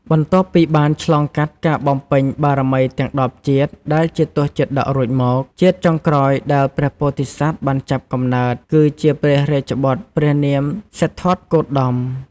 បន្ទាប់ពីបានឆ្លងកាត់ការបំពេញបារមីទាំង ១០ ជាតិ ដែលជា ទសជាតក រួចមក ជាតិចុងក្រោយដែលព្រះពោធិសត្វបានចាប់កំណើត គឺ ជាព្រះរាជបុត្រព្រះនាមសិទ្ធត្ថគោតម។